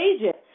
agent